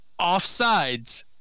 offsides